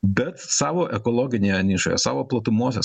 bet savo ekologinėje nišoje savo platumose